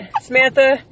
Samantha